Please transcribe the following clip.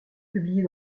publiés